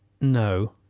No